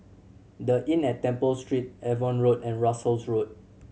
The Inn at Temple Street Avon Road and Russels Road